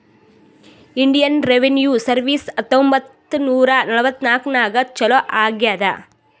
Indian revenue service ಹತ್ತೊಂಬತ್ತ್ ನೂರಾ ನಲ್ವತ್ನಾಕನಾಗ್ ಚಾಲೂ ಆಗ್ಯಾದ್